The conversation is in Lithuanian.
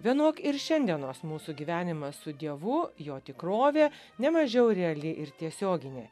vienok ir šiandienos mūsų gyvenimas su dievu jo tikrovė ne mažiau reali ir tiesioginė